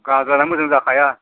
गाजाला मोजां जाखाया